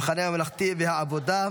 המחנה הממלכתי והעבודה.